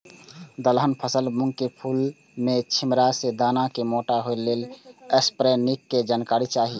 दलहन फसल मूँग के फुल में छिमरा में दाना के मोटा होय लेल स्प्रै निक के जानकारी चाही?